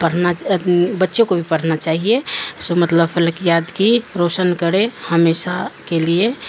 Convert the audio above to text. پڑھنا بچوں کو بھی پڑھنا چاہیے سو مطلب فلک یاد کی روشن کرے ہمیشہ کے لیے